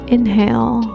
Inhale